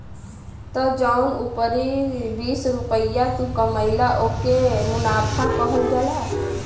त जौन उपरी बीस रुपइया तू कमइला ओके मुनाफा कहल जाला